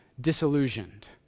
disillusioned